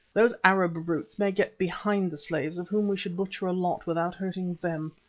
those arab brutes may get behind the slaves, of whom we should butcher a lot without hurting them.